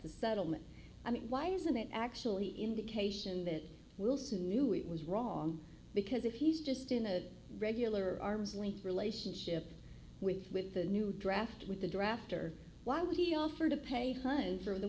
the settlement i mean why isn't it actually indication that wilson knew it was wrong because if he's just in a regular arm's length relationship with with the new draft with a draft or why would he offer to pay hunt for the